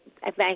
Thank